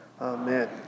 Amen